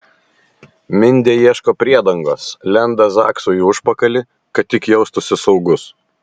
mindė ieško priedangos lenda zaksui į užpakalį kad tik jaustųsi saugus